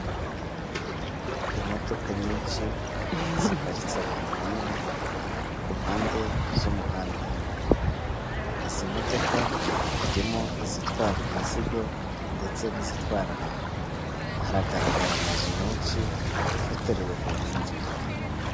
Imodoka nyinshi ziparitse ahantu hamwe ku mpande z'umuhanda izi modoka harimo izitwara imizigo ndetse n'izitwara abantu haragaragara amazu menshi afotorerewe hejuru.